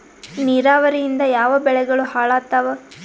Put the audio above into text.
ನಿರಾವರಿಯಿಂದ ಯಾವ ಬೆಳೆಗಳು ಹಾಳಾತ್ತಾವ?